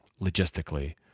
logistically